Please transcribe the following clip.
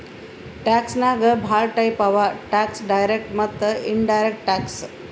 tax ನಾಗ್ ಭಾಳ type ಅವಾ ಟ್ಯಾಕ್ಸ್ ಡೈರೆಕ್ಟ್ ಮತ್ತ ಇನಡೈರೆಕ್ಟ್ ಟ್ಯಾಕ್ಸ್